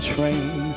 train